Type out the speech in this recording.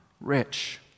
rich